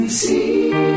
see